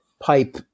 pipe